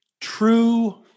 true